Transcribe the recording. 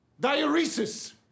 Diuresis